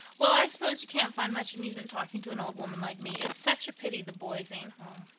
well, i suppose you can't find much amusement talking to an old woman like me. it's such a pity the boys ain't home.